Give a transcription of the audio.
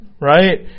right